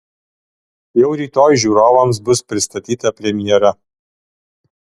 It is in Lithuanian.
jau rytoj žiūrovams bus pristatyta premjera